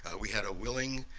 we had a willing